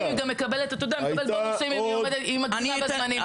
והיא גם מקבלת בונוסים אם היא מגישה בזמנים.